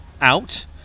out